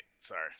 Sorry